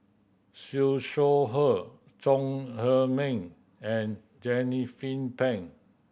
Siew Shaw Her Chong Heman and